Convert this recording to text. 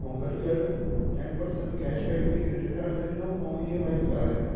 ऐं गॾु गॾु टेन पर्सेंट कैशबैक बि क्रेडिट कार्ड ते ॾिनऊं ऐं ई एम आई बि कराए ॾिनऊं